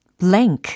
blank